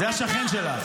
חבר הכנסת רם בן ברק.